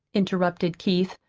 interrupted keith,